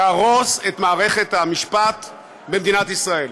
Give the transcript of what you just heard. להרוס את מערכת המשפט במדינת ישראל.